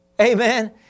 Amen